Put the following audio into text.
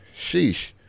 sheesh